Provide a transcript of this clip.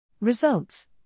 Results